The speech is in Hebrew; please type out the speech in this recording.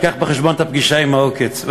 שייקח בחשבון את הפגישה עם העוקץ.